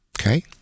okay